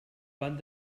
van